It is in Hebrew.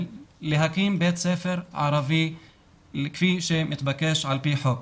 להקים בית ספר ערבי כפי שמתבקש על פי חוק.